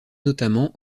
notamment